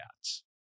cats